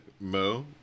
Mo